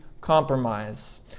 compromise